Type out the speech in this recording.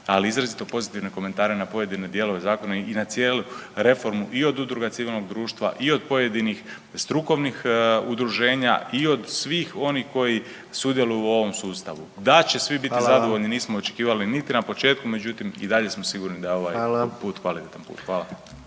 ali izrazito pozitivne komentare na pojedine dijelove zakona i na cijelu reformu i od udruga civilnog društva i od pojedinih strukovnih udruženja i od svih onih koji sudjeluju u ovom sustavu, da će svi biti zadovoljni nismo .../Upadica: Hvala. /... očekivali niti na početku, međutim, i dalje smo sigurno da je ovaj put